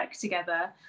together